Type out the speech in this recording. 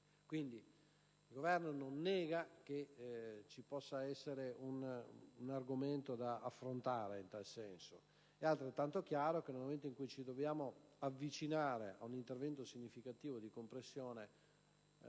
Quindi, il Governo non nega che possa essere un argomento da affrontare in tal senso. È altrettanto chiaro che nel momento in cui ci dobbiamo avvicinare ad un intervento significativo di compressione